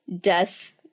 death